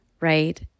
Right